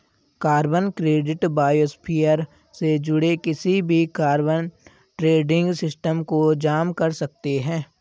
carbon credit biosphere से जुड़े किसी भी कार्बन ट्रेडिंग सिस्टम को जाम कर सकते हैं